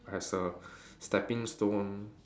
as a stepping stone